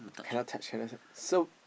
cannot touch cannot touch so